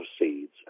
seeds